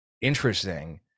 interesting